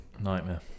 nightmare